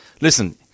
listen